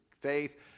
faith